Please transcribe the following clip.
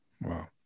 Wow